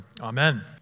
Amen